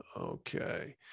Okay